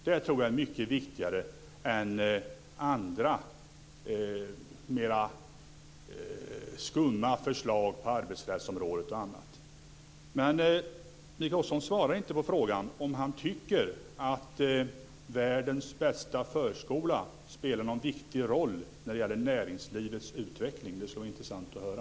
Det tror jag är mycket viktigare än andra mera skumma förslag på arbetsrättsområdet och annat. Mikael Oscarsson svarade inte på frågan om han tycker att världens bästa förskola spelar någon viktig roll när det gäller näringslivets utveckling. Det skulle vara intressant att höra.